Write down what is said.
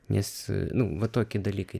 nes nu va tokie dalykai